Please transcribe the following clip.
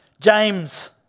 James